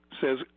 says